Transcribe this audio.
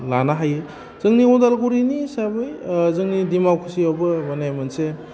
लानो हायो जोंनि अदालगुरिनि हिसाबै जोंनि डिमाकुसियावबो माने मोनसे